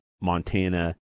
Montana